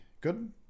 good